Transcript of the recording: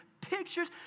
pictures